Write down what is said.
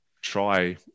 try